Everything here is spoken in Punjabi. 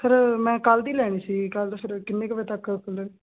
ਸਰ ਮੈਂ ਕੱਲ ਦੀ ਲੈਣੀ ਸੀਗੀ ਕੱਲ ਫੇਰ ਕਿੰਨੇ ਕ ਵਜੇ ਤੱਕ ਖੁਲ